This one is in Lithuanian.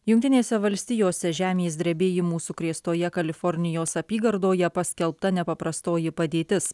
jungtinėse valstijose žemės drebėjimų sukrėstoje kalifornijos apygardoje paskelbta nepaprastoji padėtis